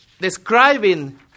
describing